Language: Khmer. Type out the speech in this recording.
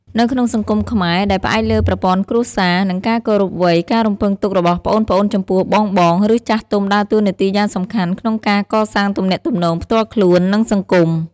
នៅក្នុងសង្គមខ្មែរដែលផ្អែកលើប្រព័ន្ធគ្រួសារ និងការគោរពវ័យ ការរំពឹងទុករបស់ប្អូនៗចំពោះបងៗ ឬចាស់ទុំដើរតួនាទីយ៉ាងសំខាន់ក្នុងការកសាងទំនាក់ទំនងផ្ទាល់ខ្លួន និងសង្គម។